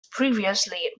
previously